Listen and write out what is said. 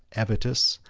avitus,